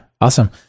Awesome